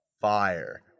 fire